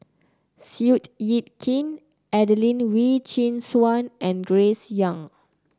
Seow Yit Kin Adelene Wee Chin Suan and Grace Young